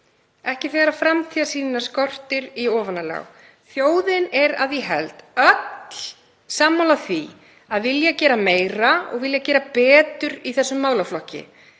ekki þegar framtíðarsýnina skortir í ofanálag. Þjóðin er, að ég held, öll sammála því að vilja gera meira og betur í þessum málaflokki.